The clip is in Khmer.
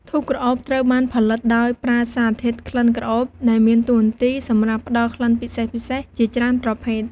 ធូបក្រអូបត្រូវបានផលិតដោយប្រើសារធាតុក្លិនក្រអូប ដែលមានតួនាទីសម្រាប់ផ្តល់ក្លិនពិសេសៗជាច្រើនប្រភេទ។